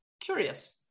Curious